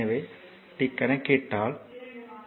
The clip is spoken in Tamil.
எனவே கணக்கிட்ட பிறகு இது t 0